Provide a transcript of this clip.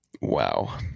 wow